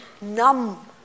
numb